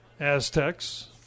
Aztecs